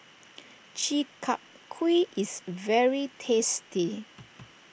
Chi Kak Kuih is very tasty